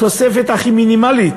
אני חושב שהיא תוספת הכי מינימלית.